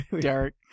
Derek